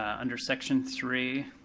under section three,